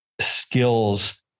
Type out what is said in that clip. skills